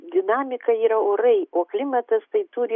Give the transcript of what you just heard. dinamika yra orai o klimatas tai turi